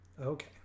okay